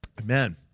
Amen